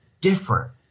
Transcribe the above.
different